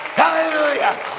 Hallelujah